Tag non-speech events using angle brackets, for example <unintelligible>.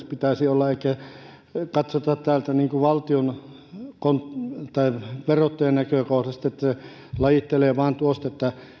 <unintelligible> pitäisi olla eikä pitäisi katsoa täältä verottajan näkökohdasta niin että se lajittelee vain tuosta että